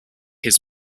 his